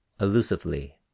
elusively